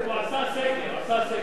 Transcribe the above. הוא עשה סקר, עשה סקר.